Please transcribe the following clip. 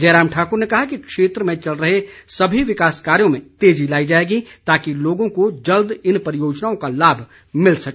जयराम ठाकुर ने कहा कि क्षेत्र में चल रहे सभी विकास कार्यों में तेज़ी लाई जाएगी ताकि लोगों को जल्द इन परियोजनाओं का लाभ मिल सके